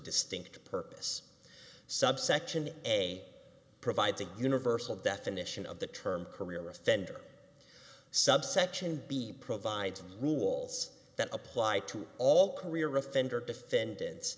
distinct purpose subsection a provides a universal definition of the term career offender subsection b provides rules that apply to all career offender defendants